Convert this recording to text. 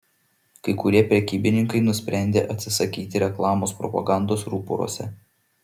kai kurie prekybininkai nusprendė atsisakyti reklamos propagandos ruporuose